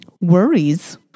worries